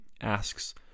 asks